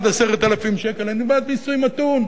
עד 10,000 שקל אני בעד מיסוי מתון,